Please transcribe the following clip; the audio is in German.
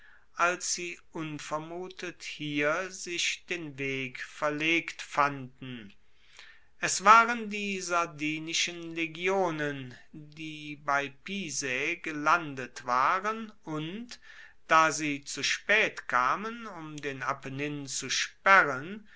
als sie unvermutet hier sich den weg verlegt fanden es waren die sardinischen legionen die bei pisae gelandet waren und da sie zu spaet kamen um den apennin zu sperren